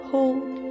Hold